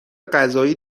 غذایی